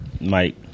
Mike